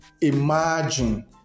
imagine